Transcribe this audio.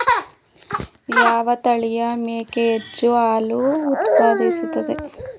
ಯಾವ ತಳಿಯ ಮೇಕೆ ಹೆಚ್ಚು ಹಾಲು ಉತ್ಪಾದಿಸುತ್ತದೆ?